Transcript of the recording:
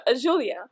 Julia